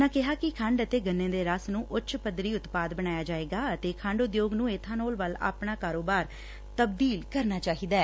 ਉਨ੍ਹਾਂ ਕਿਹਾ ਕਿ ਖੰਡ ਅਤੇ ਗੰਨੇ ਦੇ ਰਸ ਨੂੰ ਉੱਚ ਪੱਧਰੀ ਉਤਪਾਦ ਬਣਾਇਆ ਜਾਏਗਾ ਅਤੇ ਖੰਡ ਉਦਯੋਗ ਨੂੰ ਏਬਾਨੋਲ ਵੱਲ ਆਪਣਾ ਕਾਰੋਬਾਰ ਤਬਦੀਲ ਕਰਨਾ ਚਾਹੀਦੈ